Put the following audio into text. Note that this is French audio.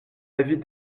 avis